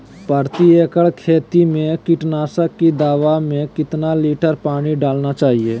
प्रति एकड़ खेती में कीटनाशक की दवा में कितना लीटर पानी डालना चाइए?